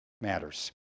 matters